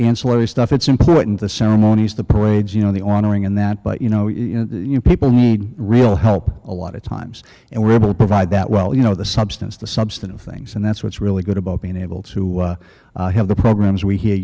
ancillary stuff it's important the ceremonies the parades you know the honoring and that but you know you know that you know people need real help a lot of times and we're able to provide that well you know the substance the substantive things and that's what's really good about being able to have the programs we hear